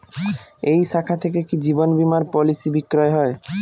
এই শাখা থেকে কি জীবন বীমার পলিসি বিক্রয় হয়?